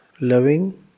loving